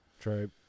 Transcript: True